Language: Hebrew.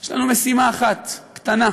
יש לנו משימה אחת, קטנה: